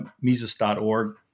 Mises.org